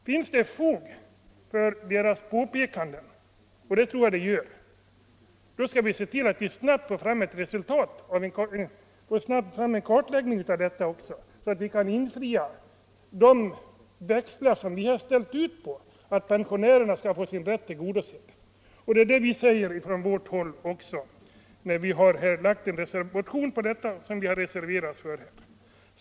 Finns det fog för deras påpekande — och det tror jag att det gör — då måste vi se till att snabbt få fram en kartläggning av detta, så att vi kan lösa in de växlar vi har ställt ut på att pensionärerna skall få sin rätt tillgodosedd. Det är vad vi har sagt från vårt håll när vi har väckt den motion som ligger till grund för reservationen.